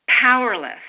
powerless